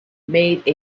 made